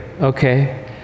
okay